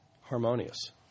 harmonious